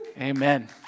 Amen